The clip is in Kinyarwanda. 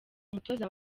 umutoza